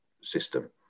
system